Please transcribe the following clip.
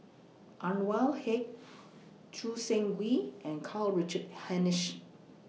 Anwarul Haque Choo Seng Quee and Karl Richard Hanitsch